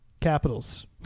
Capitals